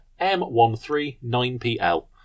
M139PL